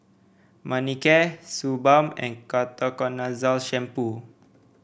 Manicare Suu Balm and Ketoconazole Shampoo